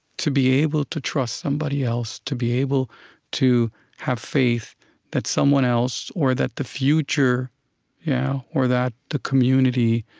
to be able to trust somebody else, to be able to have faith that someone else or that the future yeah or that the community